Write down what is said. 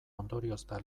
ondoriozta